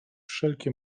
wszelkie